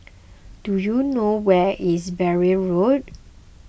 do you know where is Bury Road